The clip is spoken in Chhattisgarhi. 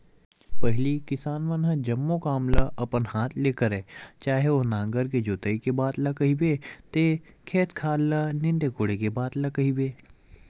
पहिली किसान मन ह जम्मो काम ल अपन हात ले करय चाहे ओ नांगर के जोतई के बात ल कहिबे ते खेत खार ल नींदे कोड़े बात ल कहिबे